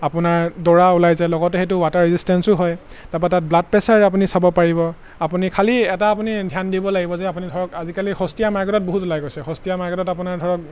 আপোনাৰ দৌৰা ওলাই যায় লগতে সেইটো ৱাটাৰ ৰেজিষ্টেঞ্চো হয় তাৰপৰা তাত ব্লাড প্ৰেছাৰ আপুনি চাব পাৰিব আপুনি খালি এটা আপুনি ধ্যান দিব লাগিব যে আপুনি ধৰক আজিকালি সস্তীয়া মাৰ্কেটত বহুত ওলাই গৈছে সস্তীয়া মাৰ্কেটত আপোনাৰ ধৰক